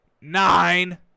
Nine